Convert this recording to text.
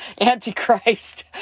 Antichrist